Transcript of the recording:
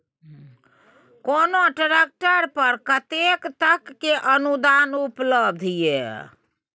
कोनो ट्रैक्टर पर कतेक तक के अनुदान उपलब्ध ये?